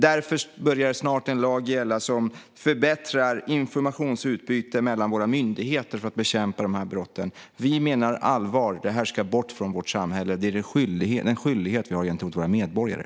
Därför börjar snart en lag gälla som förbättrar informationsutbyte mellan våra myndigheter för att bekämpa dessa brott. Vi menar allvar. Det här ska bort från vårt samhälle. Det är en skyldighet vi har gentemot våra medborgare.